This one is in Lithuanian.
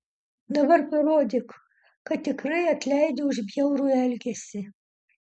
dabar parodyk kad tikrai atleidi už bjaurų elgesį